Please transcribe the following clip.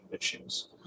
issues